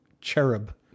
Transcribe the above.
cherub